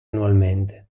annualmente